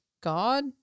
God